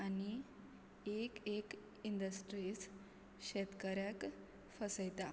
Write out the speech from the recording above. आनी एक एक इंडस्ट्रीज शेतकऱ्याक फसयता